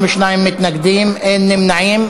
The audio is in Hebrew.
22 מתנגדים, אין נמנעים.